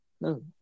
No